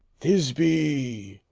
thisby,